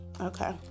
Okay